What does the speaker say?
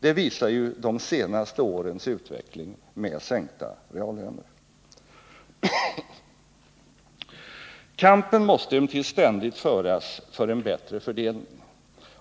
Det visar ju de senaste årens utveckling med sänkta reallöner. Kampen måste emellertid ständigt föras för en bättre fördelning.